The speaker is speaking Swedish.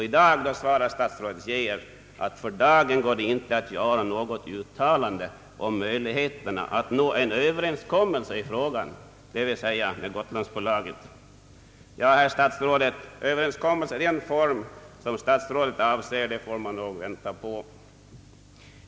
I dag svarar statsrådet Geijer att det för dagen inte går att göra något uttalande om möjligheterna att nå en Ööverenskommelse i frågan, dvs. en överenskommelse med Gotlandsbolaget. Ja, herr statsråd, en överenskommelse i den form som statsrådet avser får man nog vänta på.